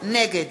נגד